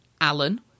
Alan